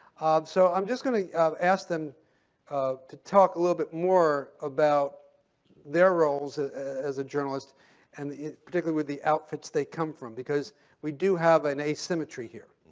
so i'm just going to ask them um to talk a little bit more about their roles as a journalist and particularly with the outfits they come from, because we do have an asymmetry here.